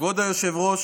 כבוד היושב-ראש,